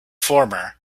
former